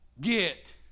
get